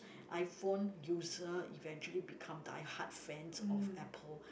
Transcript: iPhone user eventually become diehard fans of Apple